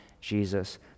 Jesus